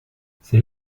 c’est